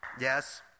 Yes